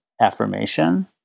affirmation